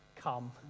come